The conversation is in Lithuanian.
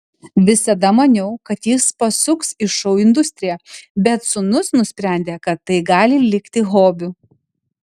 visada maniau kad jis pasuks į šou industriją bet sūnus nusprendė kad tai gali likti hobiu